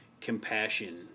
compassion